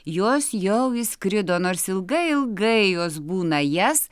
jos jau išskrido nors ilgai ilgai jos būna jas